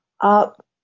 up